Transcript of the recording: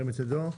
ירים את ידו.